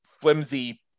flimsy